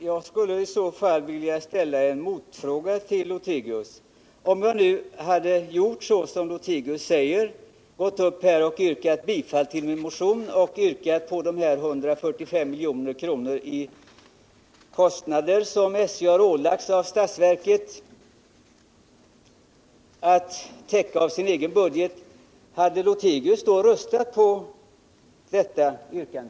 Herr talman! Jag skulle då vilja ställa en fråga till Carl-Wilhelm Lothigius. Om jag nu hade gjort såsom Carl-Wilhelm Lothigius säger, alltså yrkat på ett anslag på 145 milj.kr. till täckande av de kostnader som SJ av statsverket ålagts att täcka ur sin egen budget, hade Carl-Wilhelm Lothigius då tillstyrkt detta yrkande?